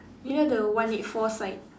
near the one eight four side